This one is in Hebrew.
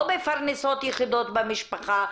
או מפרנסות יחידות במשפחה,